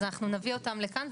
אז נביא אותם לכאן,